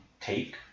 take